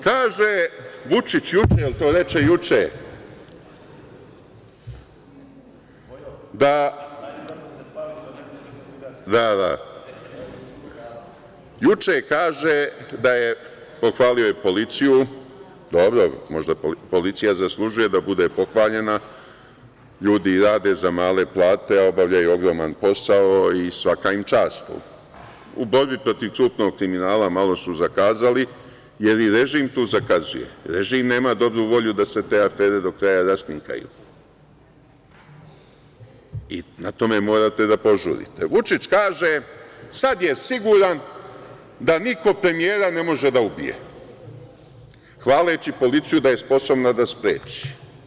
Kaže Vučić juče, jel to reče juče, pohvalio je policiju, dobro, možda policija zaslužuje da bude pohvaljena, ljudi rade za male plate a obavljaju ogroman posao i svaka im čast, u borbi protiv krupnog kriminala malo su zakazali, jer i režim tu zakazuje, režim nema dobru volju da se te afere do kraja raskrinkaju, i na tome morate da požurite, Vučić kaže – sad je siguran da niko premijera ne može da ubije, hvaleći policiju da je sposobna da spreči.